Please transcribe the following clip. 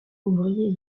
ouvriers